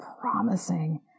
promising